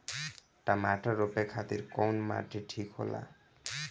टमाटर रोपे खातीर कउन माटी ठीक होला?